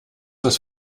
das